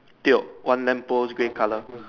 tio one lamp post grey color